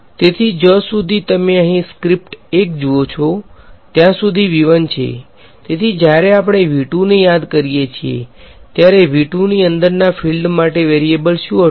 તેથી જ્યાં સુધી તમે અહીં સબસ્ક્રીપ્ટ 1 જુઓ છો ત્યાં સુધી છે તેથી જ્યારે આપણે ને યાદ કરીએ છીએ ત્યારે ની અંદરના ફીલ્ડ માટે વેરીએબલ શું હતું